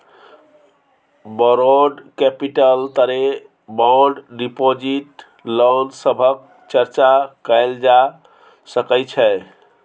borrowed capital तरे bond deposit loan सभक चर्चा कएल जा सकइ छै